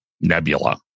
Nebula